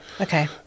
Okay